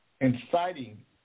inciting